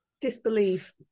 Disbelief